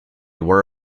were